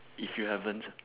if you haven't